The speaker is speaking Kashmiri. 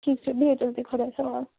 ٹھیٖک چھُ بِہِو تُہۍ تہِ خۄدایس حوال